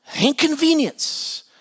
Inconvenience